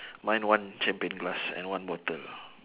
mine one champagne glass and one bottle